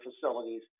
facilities